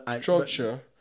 Structure